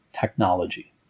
technology